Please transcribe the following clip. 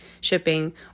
shipping